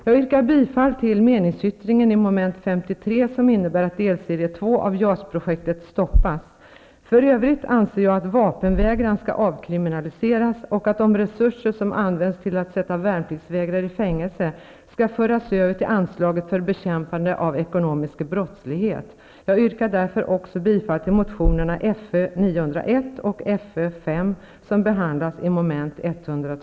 Jag yrkar bifall till meningsyttringen när det gäller mom. 53, som innebär att delserie 2 För övrigt anser jag att vapenvägran skall avkriminaliseras och att de resurser som används till att sätta värnpliktsvägrare i fängelse skall föras över till anslaget för bekämpande av ekonomisk brottslighet. Jag yrkar därför bifall även till motionerna Fö901